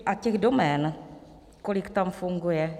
A těch domén, kolik tam funguje...